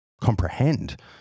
comprehend